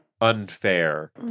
unfair